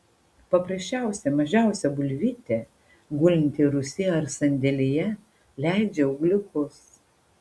paprasčiausia mažiausia bulvytė gulinti rūsy ar sandėlyje leidžia ūgliukus